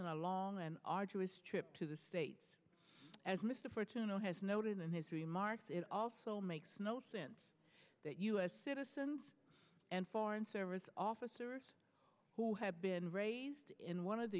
than a long and arduous trip to the states as mr fortunate has noted in his remarks it also makes no sense that u s citizens and foreign service officers who have been raised in one of the